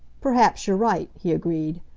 perhaps you're right, he agreed,